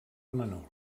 menor